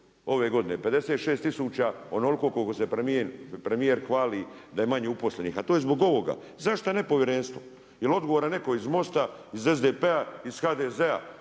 ove godine? 56 tisuća, onoliko koliko se premijer hvali da je manje uposlenih a to je zbog ovoga. Zašto ne povjerenstvo? Je li odgovoran netko iz MOS-a, iz SDP-a iz HDZ-a?